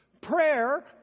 Prayer